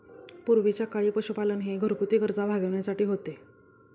पूर्वीच्या काळी पशुपालन हे घरगुती गरजा भागविण्यासाठी होते